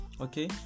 okay